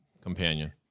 companion